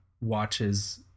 watches